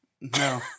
No